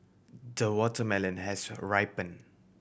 the watermelon has ripen